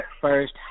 first